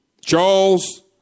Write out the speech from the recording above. Charles